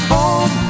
Home